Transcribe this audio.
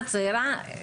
צעירה,